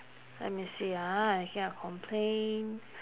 let me see ah making a complaint